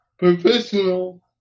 professional